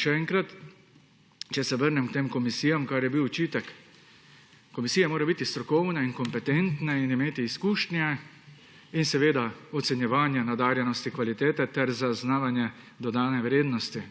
Še enkrat, če se vrnem k tem komisijam, k temu, kar je bil očitek. Komisije morajo biti strokovne in kompetentne, imeti izkušnje in ocenjevanje nadarjenosti, kvalitete ter zaznavanje dodane vrednosti,